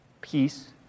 peace